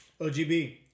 OGB